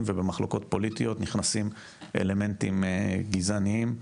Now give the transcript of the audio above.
ובמחלוקות פוליטיות נכנסים אלמנטים גזעניים.